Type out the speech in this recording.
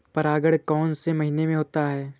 परागण कौन से महीने में होता है?